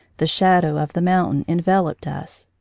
the shadow of the mountain enveloped us.